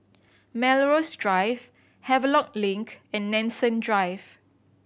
Melrose Drive Havelock Link and Nanson Drive